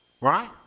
right